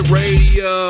radio